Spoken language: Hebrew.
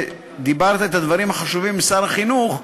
כשדיברת את הדברים החשובים עם שר החינוך,